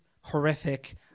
horrific